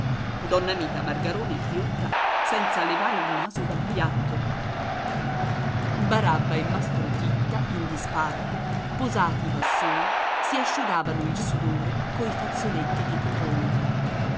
donna mita margarone ghiotta senza levare il naso dal piatto barabba e mastro titta in disparte posati i vassoi si asciugavano il sudore coi fazzoletti di cotone